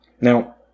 Now